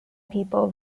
people